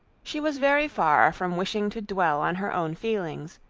she was very far from wishing to dwell on her own feelings,